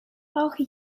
brauche